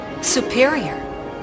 superior